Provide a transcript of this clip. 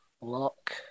Lock